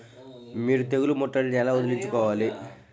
మీరు తెగులు ముట్టడిని ఎలా వదిలించుకోవాలి?